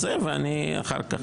אז שקרויזר ינמק ואני אחר כך,